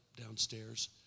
downstairs